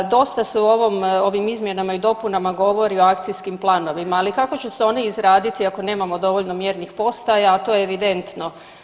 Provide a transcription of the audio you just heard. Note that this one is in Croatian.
Dosta se u ovim izmjenama i dopunama govori o akcijskim planovima, ali kako će se oni izraditi ako nemamo dovoljno mjernih potaja, a to je evidentno.